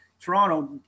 Toronto